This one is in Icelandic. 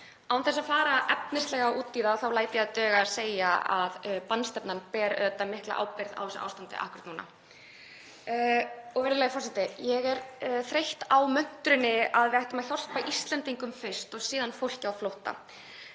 Án þess að fara efnislega út í það læt ég duga að segja að bannstefnan ber auðvitað mikla ábyrgð á þessu ástandi akkúrat núna. Virðulegi forseti. Ég er þreytt á möntrunni um að við ættum að hjálpa Íslendingum fyrst og síðan fólki á flótta.